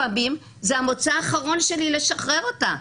לפעמים זה המוצא האחרון שלי לשחרר אותה,